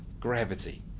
gravity